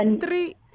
three